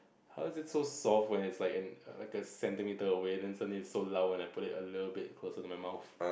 how is it so soft when it's like an like a centimeter away then suddenly so loud when I put it little bit closer to my mouth